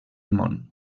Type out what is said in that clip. món